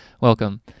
Welcome